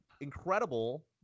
incredible